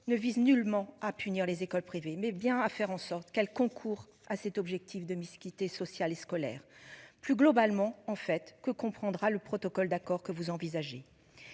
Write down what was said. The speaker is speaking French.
ne vise nullement à punir les écoles privées mais bien à faire en sorte qu'elle concourt à cet objectif de Miss quitter social et scolaire plus globalement en fait que comprendra le protocole d'accord que vous envisagez.